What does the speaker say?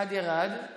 אחד ירד.